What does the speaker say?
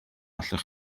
allwch